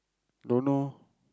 don't know